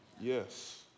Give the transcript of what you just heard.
Yes